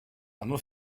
оно